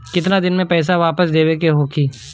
केतना दिन में पैसा वापस देवे के होखी?